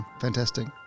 fantastic